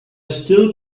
still